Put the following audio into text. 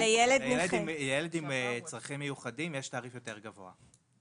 לילד עם צרכים מיוחדים יש תעריף יותר גבוה.